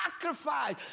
sacrifice